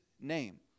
name